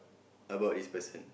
about this person